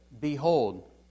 Behold